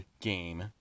game